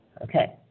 Okay